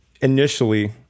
initially